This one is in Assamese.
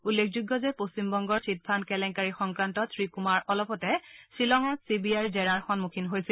উল্লেখযোগ্য যে পশ্চিমবংগৰ চীট ফাণ্ড কেলেংকাৰী সংক্ৰান্তত শ্ৰীকুমাৰ অলপতে শ্বিলঙত চি বি আইৰ জেৰাৰ সম্মুখীন হৈছিল